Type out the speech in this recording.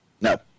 No